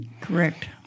Correct